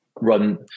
run